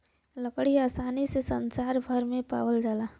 लकड़ी आसानी से संसार भर में पावाल जाला